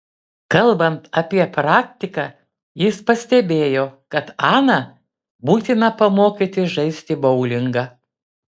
kalbant apie praktiką jis pastebėjo kad aną būtina pamokyti žaisti boulingą